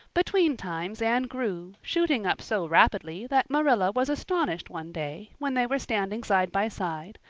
between times anne grew, shooting up so rapidly that marilla was astonished one day, when they were standing side by side,